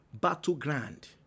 battleground